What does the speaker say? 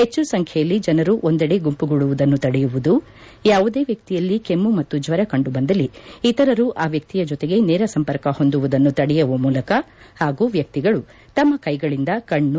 ಹೆಚ್ಚು ಸಂಖ್ಯೆಯಲ್ಲಿ ಜನರು ಒಂದೆಡೆ ಗುಂಪುಗೂಡುವುದನ್ನು ತಡೆಯುವುದು ಯಾವುದೇ ವ್ಯಕ್ತಿಯಲ್ಲಿ ಕೆಮ್ಮ ಮತ್ತು ಜ್ವರ ಕಂಡುಬಂದಲ್ಲಿ ಇತರರು ಆ ವ್ಯಕ್ತಿಯ ಜೊತೆಗೆ ನೇರ ಸಂಪರ್ಕ ಹೊಂದುವುದನ್ನು ತಡೆಯುವ ಮೂಲಕ ಹಾಗೂ ವ್ಯಕ್ತಿಗಳು ತಮ್ಮ ಕೈಗಳಿಂದ ಕಣ್ಣು